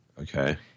Okay